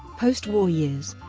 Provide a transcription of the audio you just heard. post-war years